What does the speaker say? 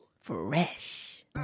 fresh